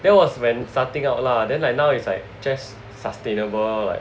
that was when starting out lah then like now it's like just sustainable lor like